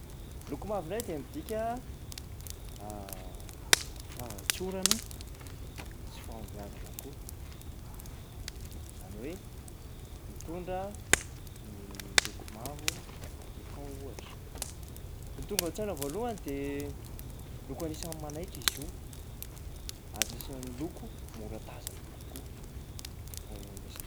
Loko mavo ndray de midika fahatsorana sy fahombiazana koa, zany hoe mitondra ny loko mavo ny Vatican ohatra. Ny tonga ao an-tsaina voalohany de loko anisany manaitra izy io ary anisan'ny loko mora tazana kokoa raha eo am'resaka loko.